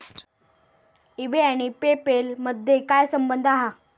E बे आणि PayPal मधे काय संबंध हा?